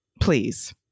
please